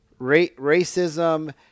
racism